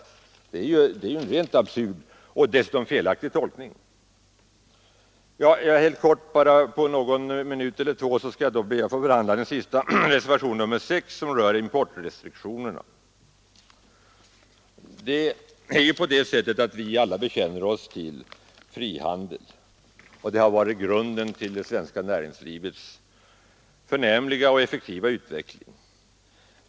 Det är en missvisande, rent felaktig beskrivning. Helt kort skall jag behandla vår reservation nr 6, som rör importrestriktionerna. Vi bekänner ju oss alla till frihandeln, som har varit grunden för det svenska näringslivets förnämliga och effektiva utveckling.